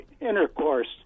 intercourse